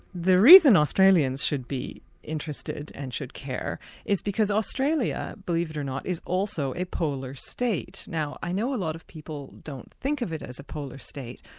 the reason australians should be interested and should care is because australia, believe it or not, is also a polar state. now i know a lot of people don't think of it as a polar state,